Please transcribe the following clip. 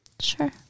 Sure